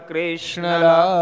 Krishna